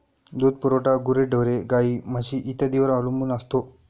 दूध पुरवठा गुरेढोरे, गाई, म्हशी इत्यादींवर अवलंबून असतो